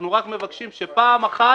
אנחנו רק מבקשים שפעם אחת